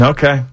Okay